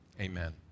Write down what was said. amen